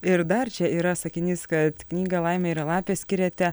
ir dar čia yra sakinys kad knygą laimė yra lapė skiriate